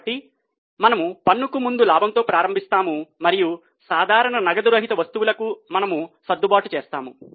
కాబట్టి మనము పన్నుకు ముందు లాభంతో ప్రారంభిస్తాము మరియు సాధారణ నగదు రహిత వస్తువులకు మనము సర్దుబాట్లు చేస్తాము